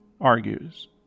argues